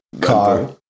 car